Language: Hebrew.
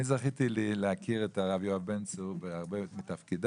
אני זכיתי להכיר את הרב יואב בן צור בהרבה מתפקידיו.